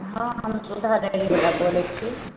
हँ हम सुधा डेयरीबला बोलै छी